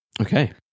Okay